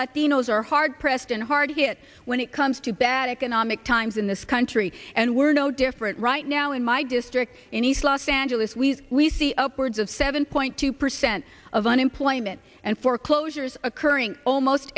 latinos are hard pressed and hard to get when it comes to bad economic times in this country and we're no different right now in my district in east los angeles we we see upwards of seven point two percent of unemployment and foreclosures occurring almost